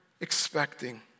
expecting